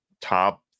top